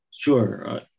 Sure